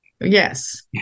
Yes